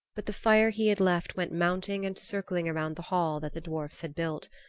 but the fire he had left went mounting and circling around the hall that the dwarfs had built.